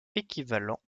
équivalents